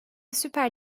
süper